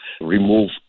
remove